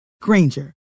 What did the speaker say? Granger